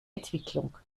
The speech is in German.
entwicklung